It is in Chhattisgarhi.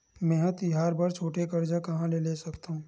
मेंहा तिहार बर छोटे कर्जा कहाँ ले सकथव?